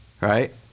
right